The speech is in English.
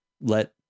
let